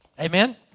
Amen